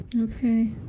Okay